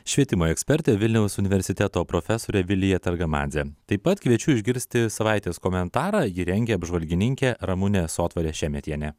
švietimo ekspertė vilniaus universiteto profesorė vilija targamadzė taip pat kviečiu išgirsti savaitės komentarą jį rengė apžvalgininkė ramunė sotvarė šemetienė